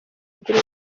agira